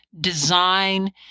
design